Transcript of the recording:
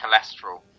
cholesterol